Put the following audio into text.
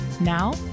Now